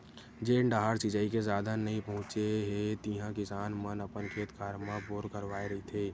जेन डाहर सिचई के साधन नइ पहुचे हे तिहा किसान मन अपन खेत खार म बोर करवाए रहिथे